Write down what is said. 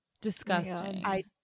Disgusting